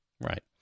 Right